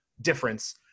difference